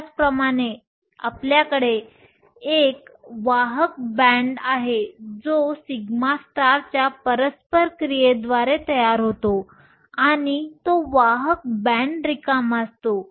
त्याचप्रमाणे आपल्याकडे एक वाहक बॅण्ड आहे जो σ च्या परस्पर क्रियेद्वारे तयार होतो आणि तो वाहक बॅण्ड रिकामा असतो